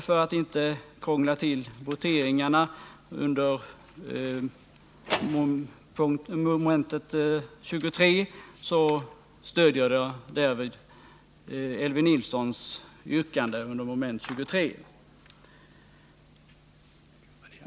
För att inte krångla till voteringarna under mom. 23 stöder jag Elvy Nilssons yrkande.